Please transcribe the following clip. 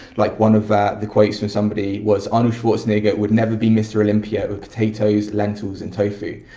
like one of the quotes from somebody was, arnold schwarzenegger would never be mr. olympia with potatoes, lentils and tofu.